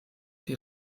die